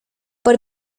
por